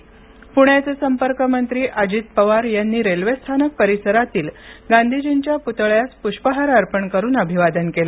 प्ण्याचे संपर्कमंत्री अजित पवार यांनी रेल्वेस्थानक परिसरातील गांधीजींच्या पुतळ्यास पुष्पहार अर्पण करुन अभिवादन केलं